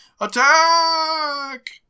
Attack